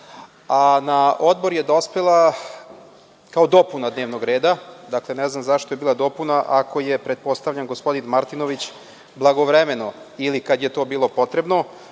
a na Odbor je dospela kao dopuna dnevnog reda. Ne znam zašto je bila dopuna ako je, pretpostavljam, gospodin Martinović blagovremeno ili kad je to bilo potrebno